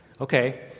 Okay